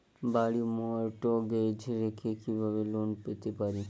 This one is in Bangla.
বাড়ি মর্টগেজ রেখে কিভাবে লোন পেতে পারি?